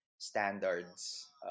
standards